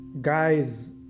guys